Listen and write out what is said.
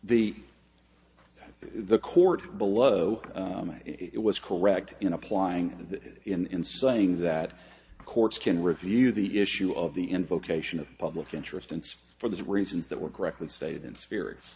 the the court below it was correct in applying that in saying that courts can review the issue of the end vocation of public interest and for those reasons that were correctly stated in spirits